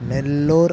Nellore